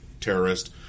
terrorist